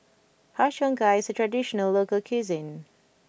Har Cheong Gai is a traditional local cuisine